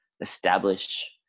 establish